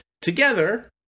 together